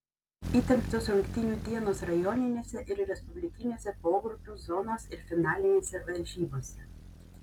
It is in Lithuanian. įtemptos rungtynių dienos rajoninėse ir respublikinėse pogrupių zonos ir finalinėse varžybose